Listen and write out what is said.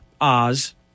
Oz